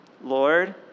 Lord